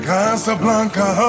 Casablanca